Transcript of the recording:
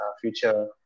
future